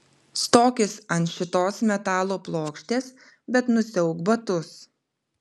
stokis ant šitos metalo plokštės bet nusiauk batus